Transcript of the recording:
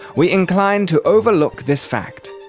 we incline to overlook this fact.